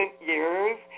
years